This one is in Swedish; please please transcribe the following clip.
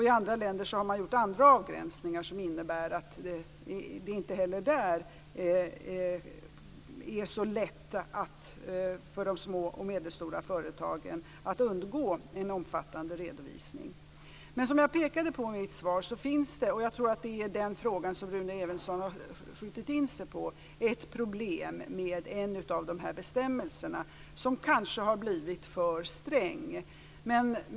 I andra länder har man gjort andra avgränsningar som innebär att det inte heller där är så lätt för de små och medelstora företagen att undgå en omfattande redovisning. Som jag pekade på i mitt svar finns det ett problem med en av de här bestämmelserna, som kanske har blivit för sträng. Jag tror att det är just den frågan som Rune Evensson har skjutit in sig på.